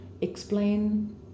explain